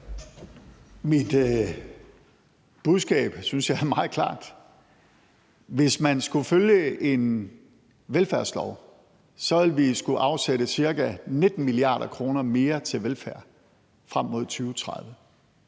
Mit budskab synes jeg er meget klart. Hvis man skulle følge en velfærdslov, ville vi skulle afsætte ca. 19 mia. kr. mere til velfærd frem mod 2030.